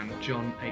John